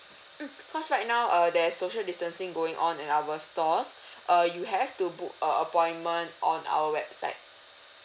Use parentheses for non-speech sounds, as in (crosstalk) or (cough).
mm because right now err there's social distancing going on in our stores (breath) uh you have to book a appointment on our website